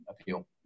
appeal